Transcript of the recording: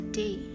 day